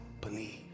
believe